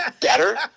better